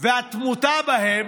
והתמותה בהן